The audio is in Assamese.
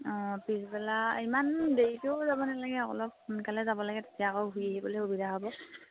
অঁ পিছবেলা ইমান দেৰিটোও যাব নালাগে অলপ সোনকালে যাব লাগে তেতিয়া আকৌ ঘূৰি আহিবলৈ সুবিধা হ'ব